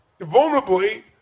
vulnerably